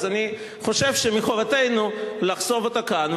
אז אני חושב שמחובתנו לחשוף אותו כאן,